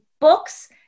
books